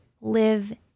Live